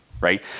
right